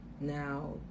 Now